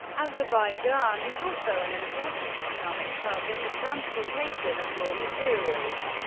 azerbaijan is also an important economic hub in the transportation of raw materials.